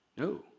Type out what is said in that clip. No